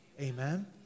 Amen